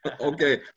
Okay